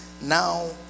Now